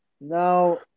Now